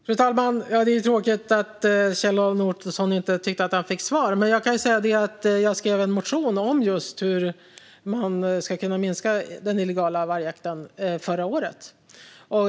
Fru talman! Det är tråkigt att Kjell-Arne Ottosson inte tyckte att han fick svar. Jag kan dock säga att jag förra året skrev en motion just om hur man ska kunna minska den illegala vargjakten.